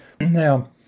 now